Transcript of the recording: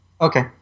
Okay